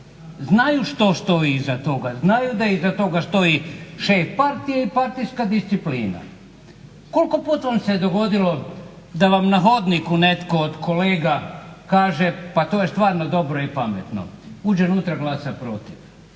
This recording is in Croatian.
Znaju što stoji iza toga, znaju da iza toga stoji šef partije i partijska disciplina. Koliko puta vam se dogodilo da vam na hodniku netko od kolega kaže pa to je stvarno dobro i pametno, uđe unutra i glasa protiv.